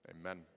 Amen